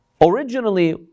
originally